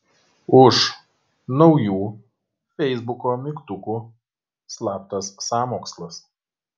už naujų feisbuko mygtukų slaptas sąmokslas